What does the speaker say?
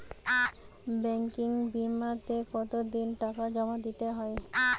Banking বিমাতে কত দিন টাকা জমা দিতে হয়?